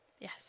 Yes